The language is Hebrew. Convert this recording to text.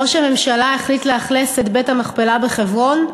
ראש הממשלה החליט לאכלס את בית-המכפלה בחברון,